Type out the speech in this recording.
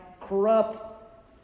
Corrupt